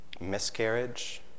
miscarriage